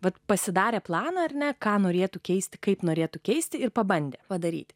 bet pasidarė planą ar ne ką norėtų keisti kaip norėtų keisti ir pabandė padaryti